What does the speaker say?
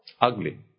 Ugly